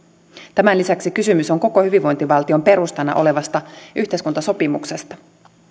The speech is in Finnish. tämän lisäksi kysymys on koko hyvinvointivaltion perustana olevasta yhteiskuntasopimuksesta